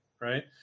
Right